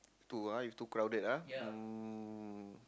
too ah if too crowded ah mm